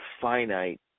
finite